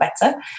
better